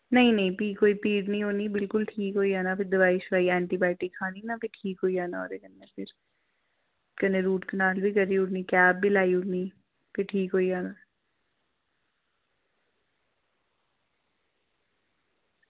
नेईं नेईं भी कोई पीड़ निं होनी बिल्कुल ठीक होई जाना ते दोआई खानी ना एंटीबॉयटिक भी ओह्दे कन्नै ठीक होई जाना कन्नै रूट कनाल बी होनी ते कैप बी होई जानी भी ठीक होई जाना